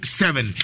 seven